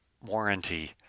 warranty